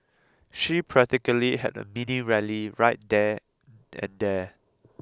she practically had a mini rally right then and there